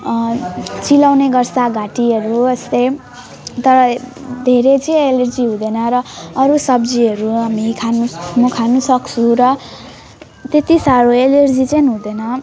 चिलाउने गर्छ घाँटीहरू यस्तै तर धेरै चाहिँ एलेर्जी हुँदैन र अरू सब्जीहरू हामी खान म खानसक्छु र त्यति साह्रो एलर्जी चाहिँ हुँदैन